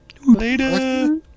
Later